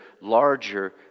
larger